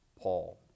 Paul